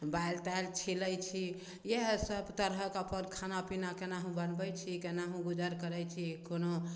बालि तालि छिलै छी इएह सब तरहके अपन खाना पीना केनाहू बनबै छी केनाहू गुजर करै छी कोनो